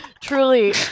truly